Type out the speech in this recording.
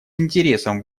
интересом